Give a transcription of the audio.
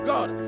God